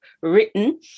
written